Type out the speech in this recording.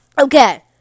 Okay